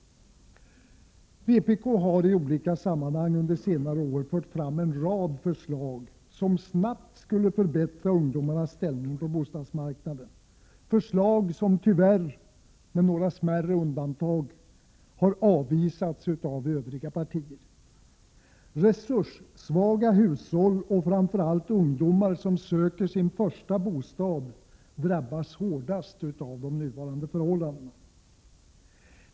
Vpk har i olika sammanhang under senare år framfört en rad förslag som snabbt skulle förbättra ungdomarnas ställning på bostadsmarknaden, förslag som tyvärr, med några smärre undantag, har avvisats av övriga partier. Resurssvaga hushåll och framför allt ungdomar som söker sin första bostad drabbas hårdast av nuvarande förhållanden.